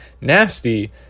nasty